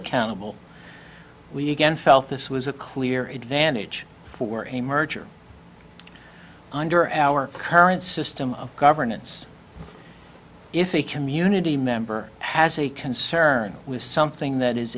accountable we again felt this was a clear advantage for a merger under our current system of governance if a community member has a concern with something that is